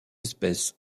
espèces